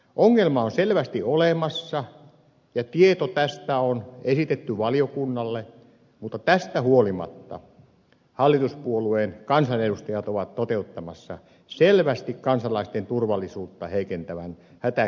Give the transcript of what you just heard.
ongelma on selvästi olemassa ja tieto tästä on esitetty valiokunnalle mutta tästä huolimatta hallituspuolueen kansanedustajat ovat toteuttamassa selvästi kansalaisten turvallisuutta heikentävän hätäkeskusuudistuksen